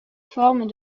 formes